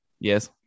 Yes